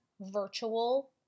virtual